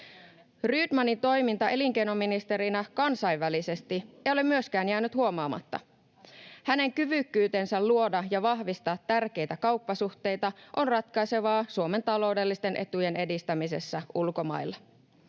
Rydmanin toiminta elinkeinoministerinä kansainvälisesti ei ole myöskään jäänyt huomaamatta. Hänen kyvykkyytensä luoda ja vahvistaa tärkeitä kauppasuhteita on ratkaisevaa Suomen taloudellisten etujen edistämisessä ulkomailla.